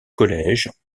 collèges